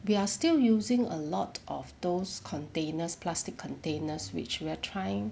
we are still using a lot of those containers plastic containers which we are trying